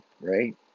right